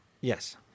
Yes